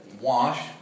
wash